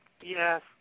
Yes